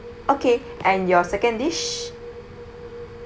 okay and your second dish